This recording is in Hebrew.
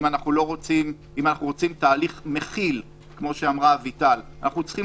אם אנחנו רוצים תהליך מכיל אנחנו צריכים